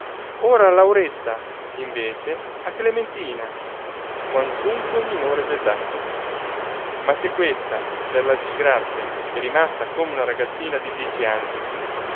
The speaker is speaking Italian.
ora lauretta invece a clementina quantunque minore d'età ma se questa per la disgrazia è rimasta come una ragazzina di dieci anni